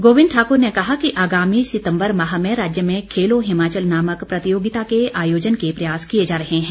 गोविंद ठाकुर ने कहा कि आगामी सितम्बर माह में राज्य में खेलो हिमाचल नामक प्रतियोगिता के आयोजन के प्रयास किए जा रहे हैं